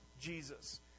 jesus